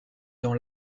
dans